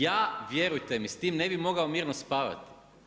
Ja vjerujte mi s tim ne bi mogao mirno spavati.